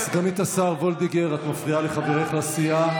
סגנית השר וולדיגר, את מפריעה לחברך לסיעה.